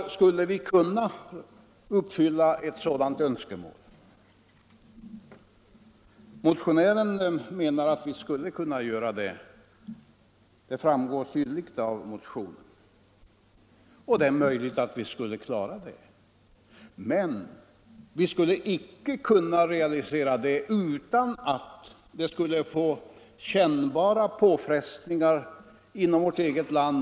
Skulle vi då kunna uppfylla ett sådant önskemål? Motionären menar att vi skulle kunna göra det — detta framgår tydligt av motionen —- och det är möjligt att vi skulle kunna klara det. Men vi skulle icke kunna realisera det utan att det skulle medföra kännbara påfrestningar inom vårt eget land.